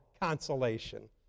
consolation